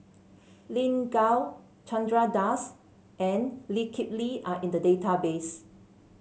Lin Gao Chandra Das and Lee Kip Lee are in the database